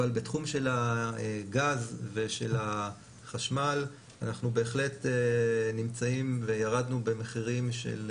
אבל בתחום של הגז ושל החשמל אנחנו בהחלט נמצאים וירדנו במחירים בחוזים.